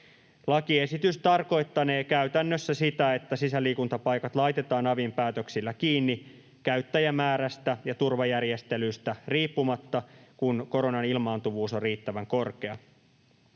Lakiesitys tarkoittanee käytännössä sitä, että sisäliikuntapaikat laitetaan avin päätöksellä kiinni käyttäjämäärästä ja turvajärjestelyistä riippumatta, kun koronan ilmaantuvuus on riittävän korkea.